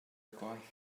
gwaith